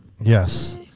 Yes